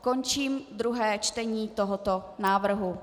Končím druhé čtení tohoto návrhu.